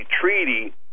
treaty